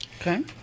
Okay